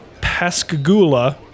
Pascagoula